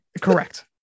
Correct